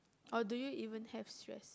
or do you even have stress